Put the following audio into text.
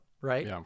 right